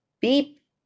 Beep